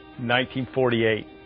1948